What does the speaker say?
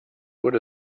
wurde